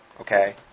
Okay